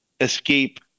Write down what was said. escape